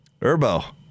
Urbo